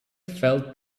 felt